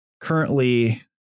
currently